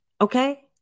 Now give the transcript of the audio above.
okay